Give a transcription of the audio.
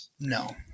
No